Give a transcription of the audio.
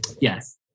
Yes